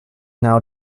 now